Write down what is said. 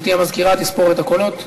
גברתי המזכירה תספור את הקולות.